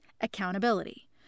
accountability